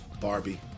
Barbie